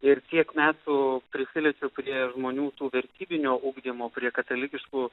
ir kiek metų prisiliečiu prie žmonių tų vertybinio ugdymo prie katalikiškų